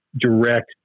direct